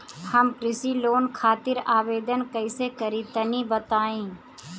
हम कृषि लोन खातिर आवेदन कइसे करि तनि बताई?